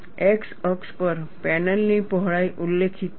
x અક્ષ પર પેનલની પહોળાઈ ઉલ્લેખિત છે